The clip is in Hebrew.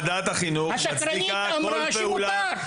השקרנית אמרה שמותר.